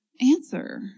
answer